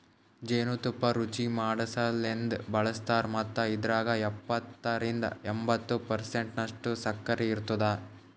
ಜೇನು ತುಪ್ಪ ರುಚಿಮಾಡಸಲೆಂದ್ ಬಳಸ್ತಾರ್ ಮತ್ತ ಇದ್ರಾಗ ಎಪ್ಪತ್ತರಿಂದ ಎಂಬತ್ತು ಪರ್ಸೆಂಟನಷ್ಟು ಸಕ್ಕರಿ ಇರ್ತುದ